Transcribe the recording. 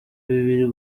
bibiri